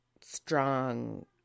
strong